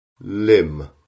Lim